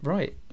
Right